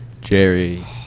Jerry